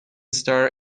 star